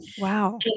wow